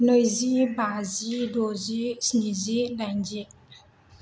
नैजि बाजि द'जि स्निजि दाइनजि